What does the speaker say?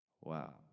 Wow